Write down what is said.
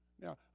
Now